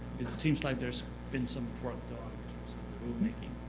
it seems like there's been some work done in